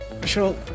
Michelle